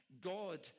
God